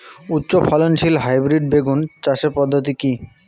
উচ্চ ফলনশীল হাইব্রিড বেগুন চাষের পদ্ধতি কী?